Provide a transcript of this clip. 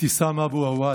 אבתסאם אבו עוואד,